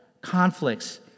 conflicts